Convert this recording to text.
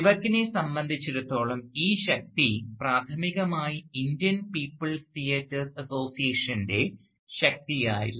സ്പിവക്കിനെ സംബന്ധിച്ചിടത്തോളം ഈ ശക്തി പ്രാഥമികമായി ഇന്ത്യൻ പീപ്പിൾ തിയറ്റേഴ്സ് അസോസിയേഷൻറെ Indian People Theatres Association ശക്തിയായിരുന്നു